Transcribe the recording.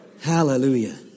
Hallelujah